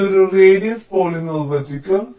ഇത് ഒരു റേഡിയസ് പോലെ നിർവ്വചിക്കും